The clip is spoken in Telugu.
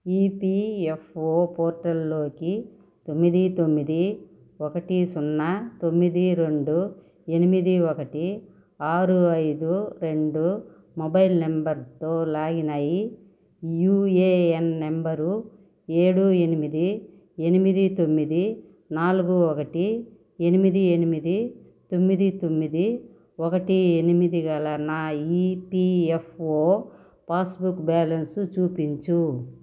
ఈపిఎఫ్ఓ పోర్టల్లోకి తొమ్మిది తొమ్మిది ఒకటి సున్నా తొమ్మిది రెండు ఎనిమిది ఒకటి ఆరు ఐదు రెండు మొబైల్ నంబర్తో లాగిన్ అయ్యి యుఏఎన్ నంబరు ఏడు ఎనిమిది ఎనిమిది తొమ్మిది నాలుగు ఒకటి ఎనిమిది ఎనిమిది తొమ్మిది తొమ్మిది ఒకటి ఎనిమిది గల నా ఈపిఎఫ్ఓ పాస్బుక్ బ్యాలన్స్ చూపించు